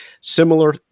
Similar